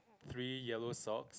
three yellow socks